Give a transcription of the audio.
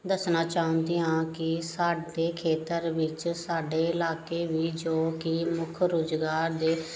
ਦੱਸਣਾ ਚਾਹੁੰਦੀ ਹਾਂ ਕਿ ਸਾਡੇ ਖੇਤਰ ਵਿੱਚ ਸਾਡੇ ਇਲਾਕੇ ਵਿੱਚ ਜੋ ਕਿ ਮੁੱਖ ਰੁਜ਼ਗਾਰ ਦੇ